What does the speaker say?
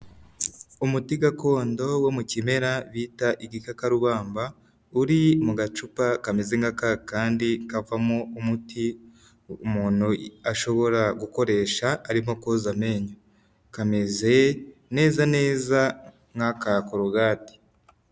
Umuti gakondo wo mu kimera bita igika kabamba, uri mu gacupa kameze nka ka kandi kavamo umuti umuntu ashobora gukoresha ari nko koza amenyo, kameze neza neza nk'aka korogate.